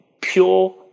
pure